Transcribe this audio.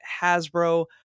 Hasbro